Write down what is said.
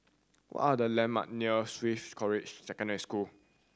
what are the landmark near Swiss College Secondary School